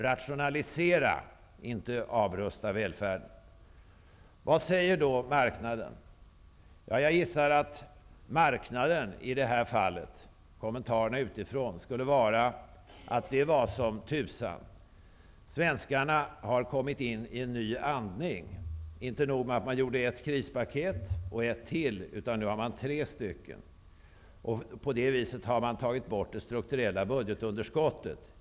Rationalisera, inte avrusta, välfärden! Vad säger då marknaden? Jag gissar att marknaden i det här fallet skulle säga och kommentarerna utifrån skulle vara: Det var som tusan, svenskarna har kommit in i en ny andning. Inte nog att man gjorde ett krispaket och ett till, utan nu har man tre. På det viset har man i stort sett fått bort det strukturella budgetunderskottet.